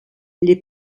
les